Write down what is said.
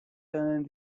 and